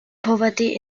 poverty